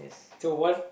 so what